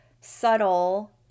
subtle